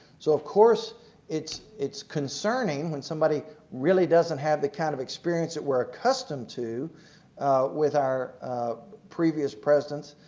so of course it's it's concerning when somebody really doesn't have the kind of experience that we're accustomed to with our previous presidents,